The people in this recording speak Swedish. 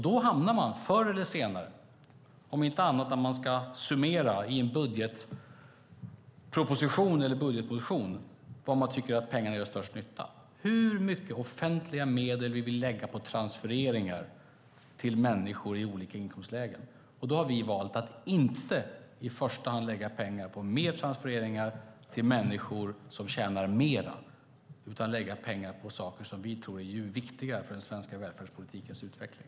Då hamnar man förr eller senare - om inte annat när man ska summera i en budgetproposition eller budgetmotion var man tycker att pengarna gör störst nytta - i hur mycket offentliga medel man vill lägga på transfereringar till människor i olika inkomstlägen. Då har vi valt att inte i första hand lägga pengar på mer transfereringar till människor som tjänar mer utan att lägga pengar på saker som vi tror är viktigare för den svenska välfärdspolitikens utveckling.